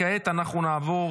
כעת נעבור